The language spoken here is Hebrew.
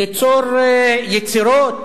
ליצור יצירות,